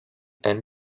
and